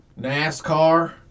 NASCAR